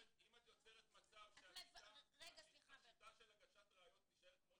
אם את יוצרת מצב שהשיטה של הגשת ראיות תישאר כמו